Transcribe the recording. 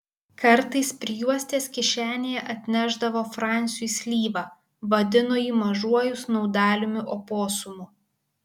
kartais prijuostės kišenėje atnešdavo fransiui slyvą vadino jį mažuoju snaudaliumi oposumu